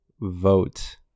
vote